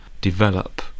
develop